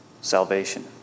salvation